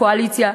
הקואליציה,